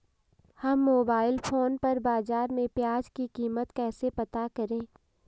हम mobile phone पर बाज़ार में प्याज़ की कीमत कैसे पता करें?